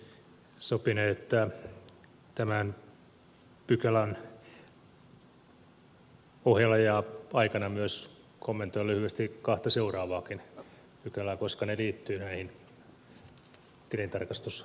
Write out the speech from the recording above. sopinee että tämän asian pohjalla ja aikana kommentoin lyhyesti myös kahta seuraavaakin koska ne liittyvät tähän tilintarkastuskokonaisuuteen